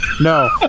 No